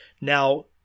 now